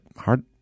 hard